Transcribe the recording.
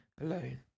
alone